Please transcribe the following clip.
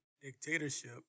dictatorship